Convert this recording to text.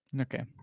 Okay